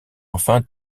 enfin